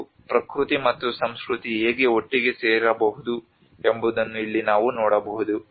ಮತ್ತು ಪ್ರಕೃತಿ ಮತ್ತು ಸಂಸ್ಕೃತಿ ಹೇಗೆ ಒಟ್ಟಿಗೆ ಸೇರಬಹುದು ಎಂಬುದನ್ನು ಇಲ್ಲಿ ನಾವು ನೋಡಬಹುದು